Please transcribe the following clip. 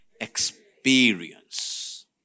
experience